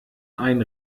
ein